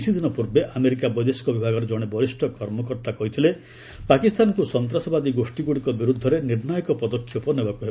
କିଛିଦିନ ପୂର୍ବେ ଆମେରିକା ବୈଦେଶିକ ବିଭାଗର ଜଣେ ବରିଷ୍ଠ କର୍ମକର୍ତ୍ତା କହିଥିଲେ ପାକିସ୍ତାନକୁ ସନ୍ତାସବାଦୀ ଗୋଷ୍ଠୀଗୁଡ଼ିକ ବିର୍ଦ୍ଧରେ ନିର୍ଷ୍ଣାୟକ ପଦକ୍ଷେପ ନେବାକୁ ହେବ